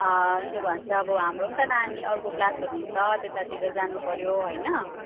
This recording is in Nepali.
के भन्छ अब हाम्रो पनि त नानी अर्को क्लासहरू हुन्छ त्यतातिर जानुपऱ्यो होइन